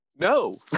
No